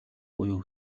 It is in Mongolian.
буюу